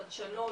חדשנות,